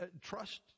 trust